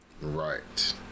Right